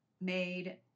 made